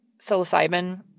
psilocybin